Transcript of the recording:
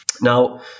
Now